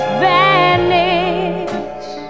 vanish